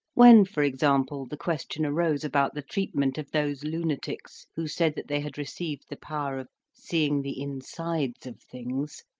when, for example, the question arose about the treatment of those lunatics who said that they had received the power of seeing the insides of things,